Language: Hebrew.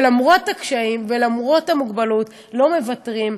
שלמרות הקשיים ולמרות המוגבלות לא מוותרים,